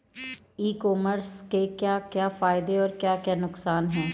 ई commerce के क्या क्या फायदे और क्या क्या नुकसान है?